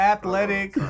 Athletic